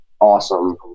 awesome